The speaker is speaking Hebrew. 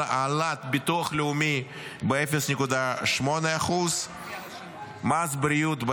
העלאת הביטוח הלאומי ב-0.8%; מס בריאות,